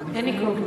אין ניקוד.